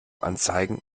anzeigen